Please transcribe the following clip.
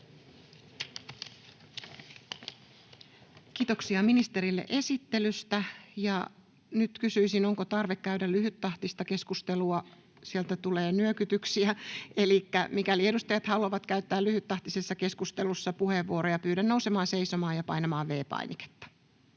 Kiitoksia ministerille esittelystä. — Nyt kysyisin: onko tarve käydä lyhyttahtista keskustelua? — Sieltä tulee nyökytyksiä, elikkä mikäli edustajat haluavat käyttää lyhyttahtisessa keskustelussa puheenvuoroja, pyydän nousemaan seisomaan ja painamaan V-painiketta.